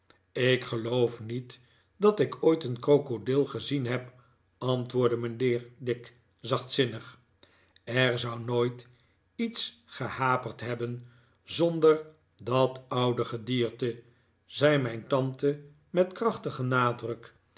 ik geloof niet dat ik ooit een krokodil gezien heb antwoordde mijnheer dick zachtzinnig er zou nooit iets gehaperd hebben zonder dat oude gedierte zei mijn tante met krachtigen nadruk